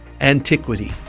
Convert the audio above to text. antiquity